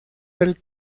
del